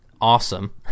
awesome